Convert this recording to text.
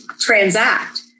transact